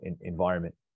environment